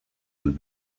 would